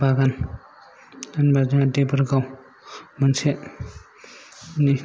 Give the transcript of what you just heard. बागान होनब्ला जोङो देबरगाव मोनसे नि